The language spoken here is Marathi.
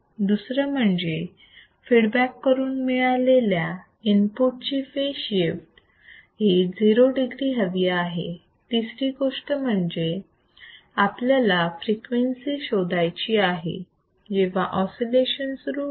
दुसरं म्हणजे फीडबॅक कडून मिळालेल्या इनपुट ची फेज शिफ्ट 0 degree हवी आहे तिसरी गोष्ट म्हणजे आपल्याला फ्रिक्वेन्सी शोधायची आहे जेव्हा ऑसिलेशन सुरू होईल